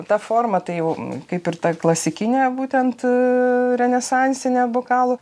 ta forma tai jau kaip ir ta klasikinė būtent renesansinė bokalų